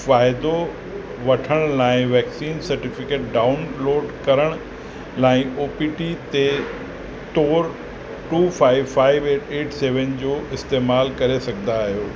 फ़ाइदो वठण लाइ वैक्सीन सर्टीफ़िकेट डाउनलोड करण लाए ओ पी टी ते टोर two five five eight eight seven जो इस्तेमालु करे सघंदा आहियो